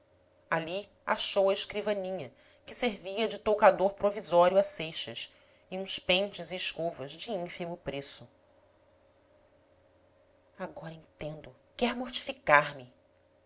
achou a escrivaninha que servia de toucador provisório a seixas e uns pentes e escovas de ínfimo preço agora entendo quer mortificar me